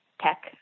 tech